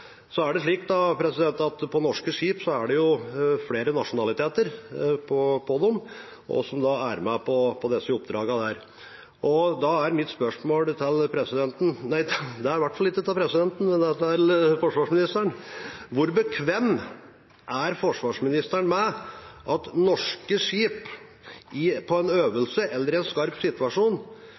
Så er det slik at på norske skip er det flere nasjonaliteter med på disse oppdragene. Da er mitt spørsmål til forsvarsministeren: Hvor bekvem er forsvarsministeren med at norske skip på en øvelse eller i en skarp situasjon